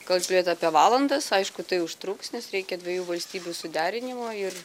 kalbėt apie valandas aišku tai užtruks nes reikia dviejų valstybių suderinimo ir